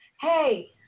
hey